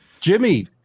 Jimmy